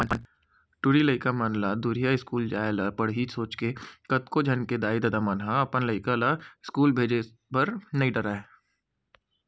टूरी लइका मन ला दूरिहा इस्कूल जाय ल पड़ही सोच के कतको झन के दाई ददा मन ह अपन लइका ला इस्कूल भेजे बर नइ धरय